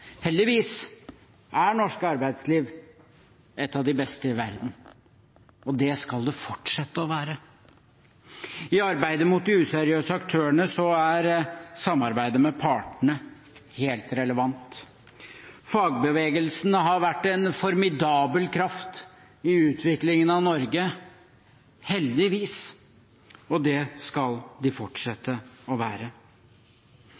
Heldigvis er norsk arbeidsliv et av de beste i verden, og det skal det fortsatt være. I arbeidet mot de useriøse aktørene er samarbeidet med partene helt relevant. Fagbevegelsen har vært en formidabel kraft i utviklingen av Norge – heldigvis – og det skal